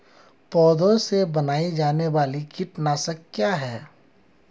पौधों से बनाई जाने वाली कीटनाशक क्या है?